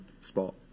Spot